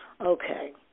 Okay